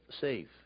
safe